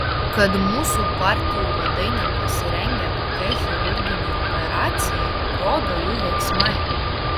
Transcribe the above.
kad mūsų partijų vadai nepasirengę tokiai chirurginei operacijai rodo jų veiksmai